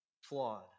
flawed